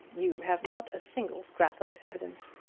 you have not a single scrap of evidence.